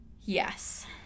Yes